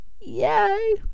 yay